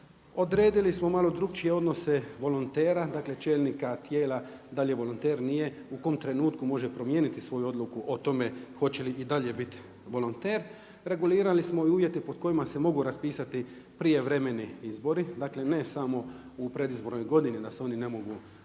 Odredili smo malo drukčije odnose volontera, dakle čelnika tijela da li je volonter, nije, u kom trenutku može promijeniti svoju odluku o tome hoće li i dalje biti volonter. Regulirali smo i uvjete pod kojima se mogu raspisati prijevremeni izbori, dakle ne samo u predizbornoj godini da se oni ne mogu,